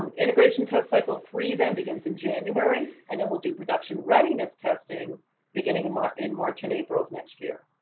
um integration test cycle three then begins in january. and then we'll do production readiness testing beginning of march. in march and april of next year.